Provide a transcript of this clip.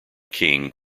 king